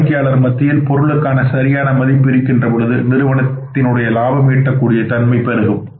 வாடிக்கையாளர் மத்தியில் பொருளுக்கான சரியான மதிப்பு இருக்கின்ற பொழுது நிறுவனத்தின் உடைய லாபம் ஈட்டக்கூடிய தன்மை பெருகும்